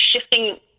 shifting